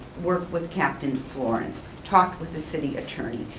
work with captain florence, talk with the city attorney,